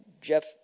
Jeff